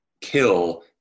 kill